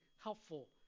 helpful